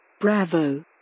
Bravo